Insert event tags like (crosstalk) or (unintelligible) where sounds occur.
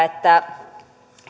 (unintelligible) että